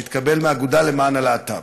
שהתקבל מהאגודה למען הלהט"ב: